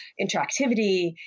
interactivity